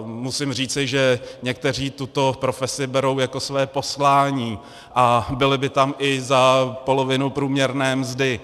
Musím říci, že někteří tuto profesi berou jako své poslání a byli by tam i za polovinu průměrné mzdy.